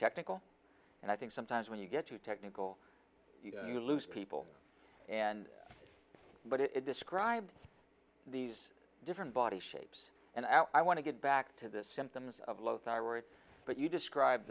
technical and i think sometimes when you get too technical you lose people and but it described these different body shapes and i want to get back to the symptoms of low thyroid but you describe